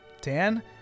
Dan